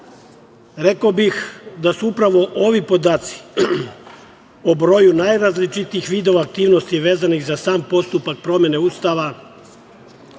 bih da su upravo ovi podaci o broju najrazličitijih vidova aktivnosti vezanih za sam postupak promene Ustava,